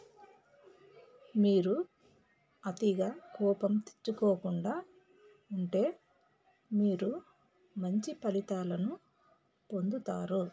మీరు అతిగా కోపం తెచ్చుకోకుండా ఉంటే మీరు మంచి ఫలితాలను పొందుతారు